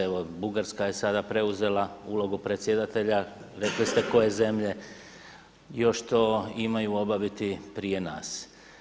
Evo Bugarska je sada preuzela ulogu predsjedatelja, rekli ste koje zemlje, još to imaju obaviti prije nas.